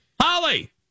Holly